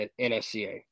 NSCA